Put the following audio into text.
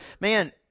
man